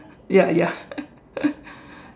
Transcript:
ya ya